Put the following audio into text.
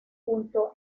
junto